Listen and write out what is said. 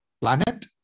planet